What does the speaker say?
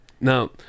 now